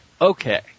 Okay